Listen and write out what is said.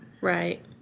Right